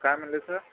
काय म्हणाले सर